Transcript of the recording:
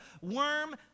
worm